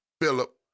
Philip